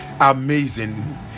Amazing